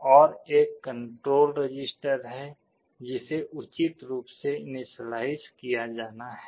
और एक control register है जिसे उचित रूप से इनिशियलाइज़ किया जाना है